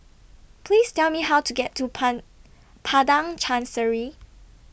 Please Tell Me How to get to Pan Padang Chancery